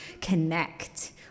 connect